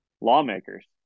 lawmakers